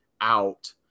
out